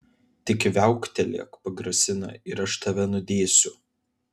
tik viauktelėk pagrasina ir aš tave nudėsiu